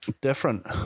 different